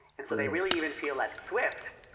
and so they really even feel that swift,